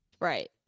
right